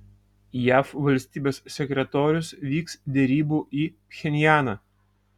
jav valstybės sekretorius vyks derybų į pchenjaną